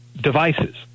devices